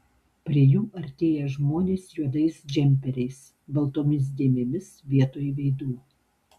prie jų artėja žmonės juodais džemperiais baltomis dėmėmis vietoj veidų